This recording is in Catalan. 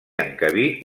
encabir